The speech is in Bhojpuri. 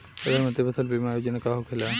प्रधानमंत्री फसल बीमा योजना का होखेला?